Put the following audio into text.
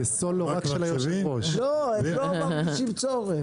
הם לא מרגישים צורך.